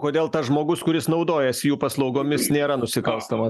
kodėl tas žmogus kuris naudojasi jų paslaugomis nėra nusikalstama